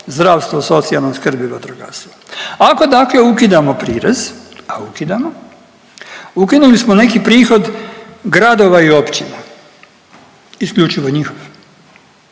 zdravstvo, socijalna skrb i vatrogastvo. Ako dakle ukidamo prirez, a ukidamo, ukinuli smo neki prihod gradova i općina, isključivo njihov.